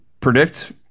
predict